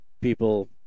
people